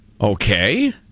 Okay